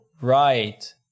right